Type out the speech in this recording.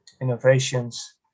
innovations